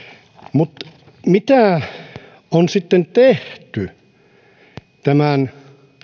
mutta mitä on sitten tehty tämän